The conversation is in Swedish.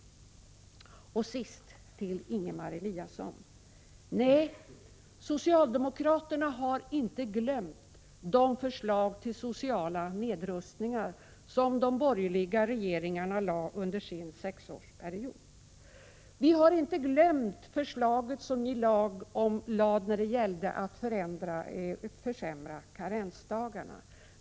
Och sist till Ingemar Eliasson: Nej, socialdemokraterna har inte glömt de förslag till sociala nedrustningar som de borgerliga regeringarna lade under sin sexårsperiod. Vi har inte glömt det förslag som ni lade om en försämring när det gäller karensdagarna.